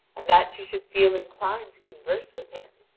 and that she should feel inclined to converse with him.